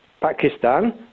Pakistan